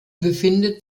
befindet